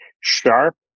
sharp